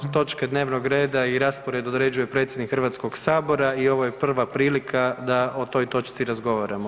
Točke dnevnog reda i raspored određuje predsjednik Hrvatskoga sabora i ovo je prva prilika da o toj točci razgovaramo.